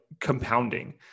compounding